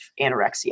anorexia